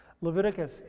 Leviticus